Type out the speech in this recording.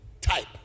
type